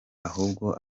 ahubwo